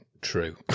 True